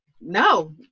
no